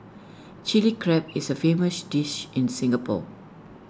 Chilli Crab is A famous dish in Singapore